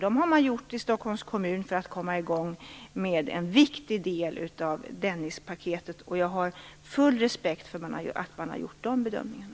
Dem har man gjort i Stockholms kommun för att komma i gång med en viktig del av Dennispaketet, och jag har full respekt för att man har gjort de bedömningarna.